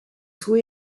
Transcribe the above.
tout